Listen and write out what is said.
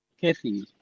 Kathy